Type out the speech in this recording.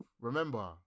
Remember